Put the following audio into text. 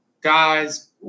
guys